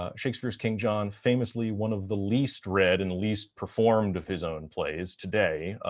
ah shakespeare's king john, famously one of the least read and least performed of his own plays today,